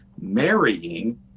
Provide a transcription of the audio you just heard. marrying